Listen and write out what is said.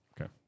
Okay